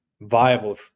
viable